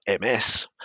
MS